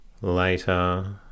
Later